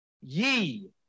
Ye